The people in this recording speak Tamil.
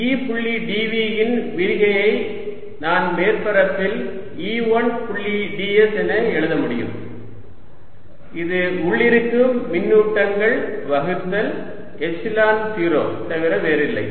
E புள்ளி dV இன் விரிகையை நான் மேற்பரப்பில் E1 புள்ளி ds என எழுத முடியும் இது உள்ளிருக்கும் மின்னூட்டங்கள் வகுத்தல் எப்சிலன் 0 தவிர வேறில்லை